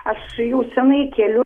aš jau senai keliu